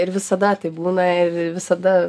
ir visada taip būna ir visada